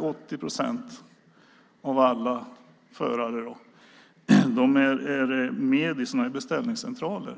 80 procent av alla förare redan i dag är med i beställningscentraler.